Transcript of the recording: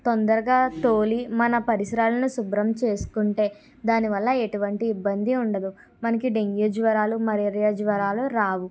తొందరగా తోలి మన పరిసరాలను శుభ్రం చేసుకుంటే దాని వల్ల ఎటువంటి ఇబ్బంది ఉండదు మనకి డెంగ్యూ జ్వరాలు మలేరియా జ్వరాలు రావు